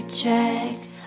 tracks